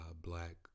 black